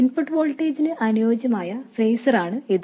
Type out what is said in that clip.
input വോൾട്ടേജിന് അനുയോജ്യമായ ഫേസറാണ് ഇത്